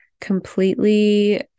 completely